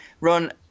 run